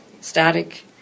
static